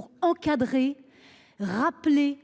pour encadrer. Rappeler